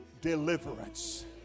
deliverance